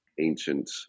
ancient